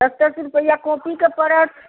दश दश रुपआ कॉपी कऽ पड़त